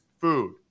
food